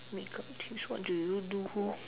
makeup tips what did you do who